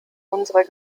unserer